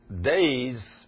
days